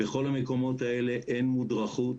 בכל המקומות האלה אין מודרכות